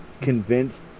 convinced